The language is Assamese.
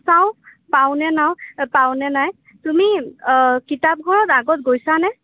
চাও পাওঁনে নাও পাওঁনে নাই তুমি কিতাপ ঘৰত আগত গৈছানে